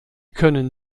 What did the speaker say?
können